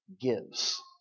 gives